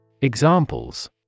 Examples